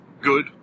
good